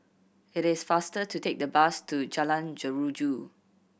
it is faster to take the bus to Jalan Jeruju